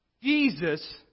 Jesus